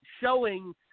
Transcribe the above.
showing –